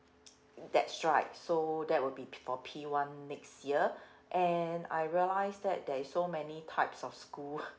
that's right so that would be for P one next year and I realise that there's so many types of school